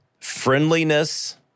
friendliness